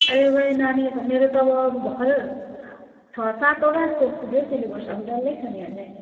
नानीहरूको मेरो त अब भर्खर छ सातवटा जस्तो पुग्यो सिलेबस अब डल्लै छ नि अझै